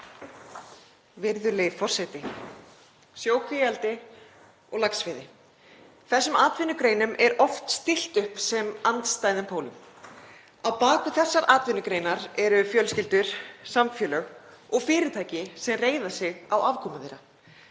Virðulegi forseti. Sjókvíaeldi og laxveiði. Þessum atvinnugreinum er oft stillt upp sem andstæðum pólum. Á bak við þessar atvinnugreinar eru fjölskyldur, samfélög og fyrirtæki sem reiða sig á afkomu þeirra.